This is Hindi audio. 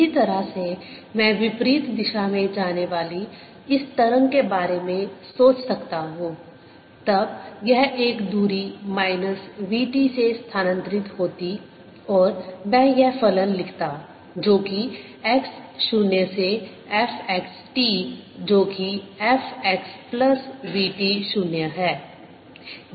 इसी तरह से मैं विपरीत दिशा में जाने वाली इस तरंग के बारे में सोच सकता हूं तब यह एक दूरी माइनस v t से स्थानांतरित होती और मैं यह फलन लिखता जो कि x 0 से f x t जो कि f x plus v t 0 है